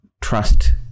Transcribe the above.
trust